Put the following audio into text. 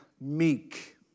meek